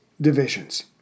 divisions